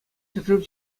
ҫӗршыв